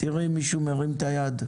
שמתנגדים לחוק?